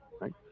right